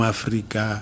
Africa